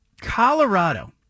Colorado